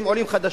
אתם עולים חדשים.